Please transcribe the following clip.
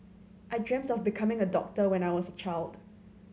I dreamt of becoming a doctor when I was a child